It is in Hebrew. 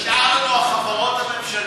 נשארו לנו החברות הממשלתיות.